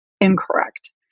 incorrect